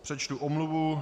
Přečtu omluvu.